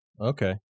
okay